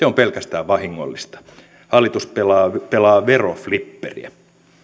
on pelkästään vahingollista hallitus pelaa pelaa veroflipperiä